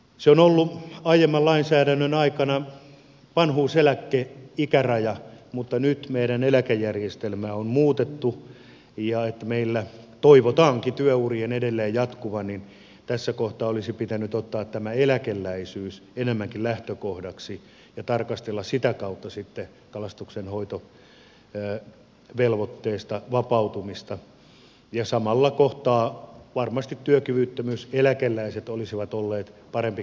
se on ollut aiemman lainsäädännön aikana vanhuuseläkeikäraja mutta nyt meidän eläkejärjestelmää on muutettu ja meillä toivotaankin työurien edelleen jatkuvan joten tässä kohtaa olisi pitänyt ottaa enemmänkin tämä eläkeläisyys lähtökohdaksi ja tarkastella sitä kautta sitten kalastonhoitovelvoitteesta vapautumista ja samalla kohtaa varmasti työkyvyttömyyseläkeläiset olisivat olleet parempi kohderyhmä